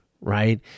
right